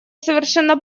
совершенно